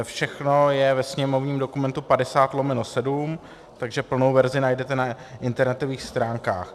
Všechno je ve sněmovním dokumentu 50/7, takže plnou verzi najdete na internetových stránkách.